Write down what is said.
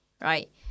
right